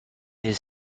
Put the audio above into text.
his